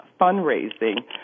Fundraising